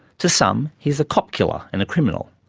to some he is a cop-killer and a criminal,